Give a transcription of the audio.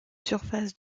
surfaces